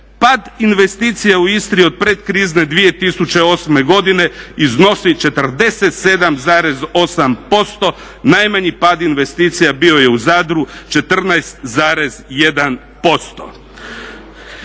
Pad investicija u Istri od predkrizne 2008. godine iznosi 47,8%. Najmanji pad investicija bio je u Zadru 14,1%.